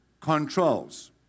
controls